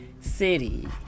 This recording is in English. city